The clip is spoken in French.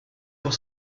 pour